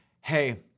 Hey